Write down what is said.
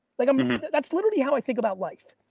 like um that's literally how i think about life.